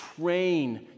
Train